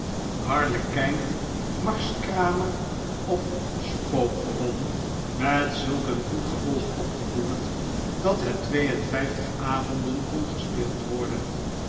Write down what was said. harlekijn marskramer of de spookbron met zulk een goed gevolg opgevoerd dat het twee envijftig avonden kon gespeeld worden